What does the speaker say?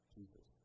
Jesus